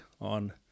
on